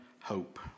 hope